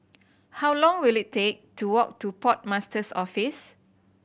how long will it take to walk to Port Master's Office